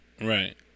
right